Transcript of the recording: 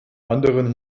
anderen